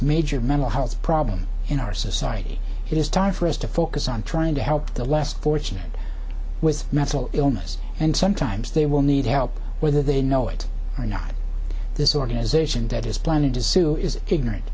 major mental health problem in our society it is time for us to focus on trying to help the last forty with mental illness and sometimes they will need help whether they know it or not this organization that is planning to sue is ignorant